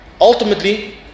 Ultimately